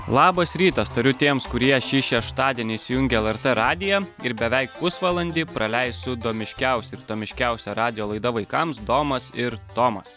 labas rytas tariu tiems kurie šį šeštadienį įsijungė lrt radiją ir beveik pusvalandį praleis su domiškiausia ir tomiškiausia radijo laida vaikams domas ir tomas